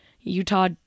Utah